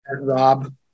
Rob